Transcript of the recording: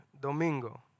Domingo